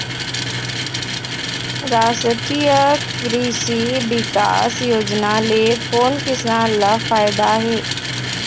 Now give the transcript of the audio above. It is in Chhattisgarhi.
रास्टीय कृषि बिकास योजना ले कोन किसान ल फायदा हे?